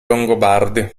longobardi